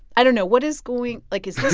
i don't know. what is going like, is this.